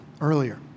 earlier